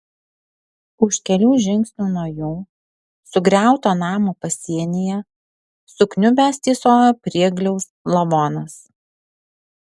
už kelių žingsnių nuo jų sugriauto namo pasienyje sukniubęs tysojo priegliaus lavonas